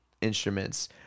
instruments